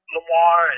Lamar